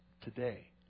today